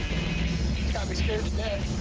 got me scared to death.